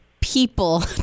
people